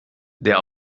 der